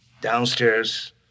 Downstairs